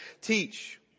teach